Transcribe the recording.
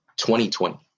2020